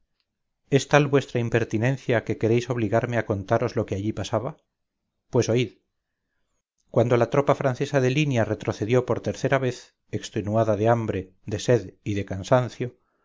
tierra es tal vuestra impertinencia que queréis obligarme a contaros lo que allí pasaba pues oíd cuando la tropa francesa de línea retrocedió por tercera vez extenuada de hambre de sed y de cansancio